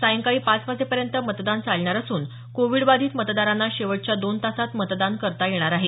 सायंकाळी पाच वाजेपर्यंत मतदान चालणार असून कोविड बाधित मतदारांना शेवटच्या दोन तासांत मतदान करता येणार आहे